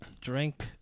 drink